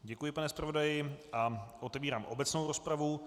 Děkuji, pane zpravodaji, a otevírám obecnou rozpravu.